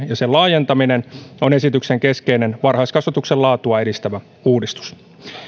ja pedagogisen osaamisen laajentaminen on esityksen keskeinen varhaiskasvatuksen laatua edistävä uudistus